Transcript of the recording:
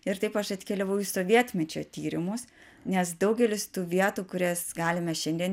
ir taip aš atkeliavau į sovietmečio tyrimus nes daugelis tų vietų kurias galime šiandien